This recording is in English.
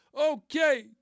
Okay